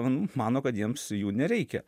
mano kad jiems jų nereikia